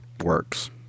works